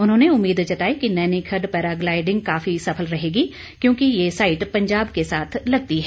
उन्होंने उम्मीद जताई कि नैनीखड्ड पैराग्लाइडिंग काफी सफल रहेगी क्योंकि ये साईट पंजाब के साथ लगती है